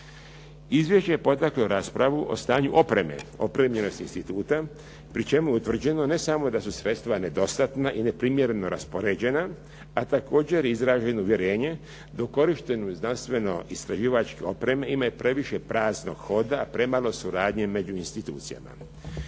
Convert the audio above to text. Izvješće je potaklo raspravu o stanju opreme, opremljenosti instituta pri čemu je utvrđeno ne samo da su sredstva nedostatna i neprimjereno raspoređena, a također je izraženo uvjerenje da u korištenju znanstveno-istraživačke opreme ima previše praznog hoda, premalo suradnje među institucijama.